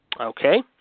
Okay